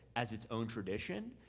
as its own tradition,